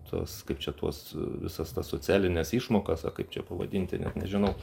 tuos kaip čia tuos visas tas socialines išmokas ar kaip čia pavadinti net nežinau